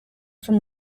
from